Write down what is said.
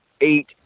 eight